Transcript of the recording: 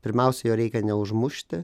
pirmiausia jo reikia neužmušti